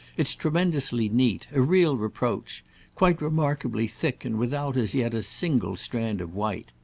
it's tremendously neat a real reproach quite remarkably thick and without, as yet, a single strand of white.